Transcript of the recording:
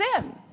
sin